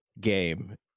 game